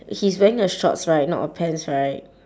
he's wearing a shorts right not a pants right